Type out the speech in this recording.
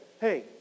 hey